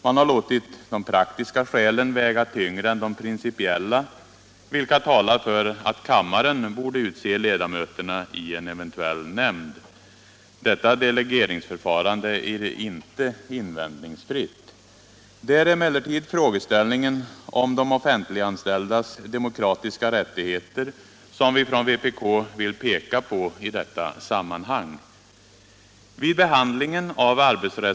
Man har låtit de praktiska skälen väga tyngre än de principiella, vilka talar för att kammaren borde utse ledamöterna i en eventuell nämnd. Detta delegeringsförfarande är inte invändningsfritt. Det är emellertid frågan om de offentliganställdas demokratiska rättigheter som vpk vill peka på i detta sammanhang.